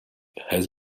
has